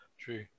true